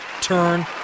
Turn